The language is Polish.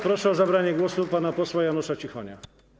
Proszę o zabranie głosu pana posła Janusza Cichonia.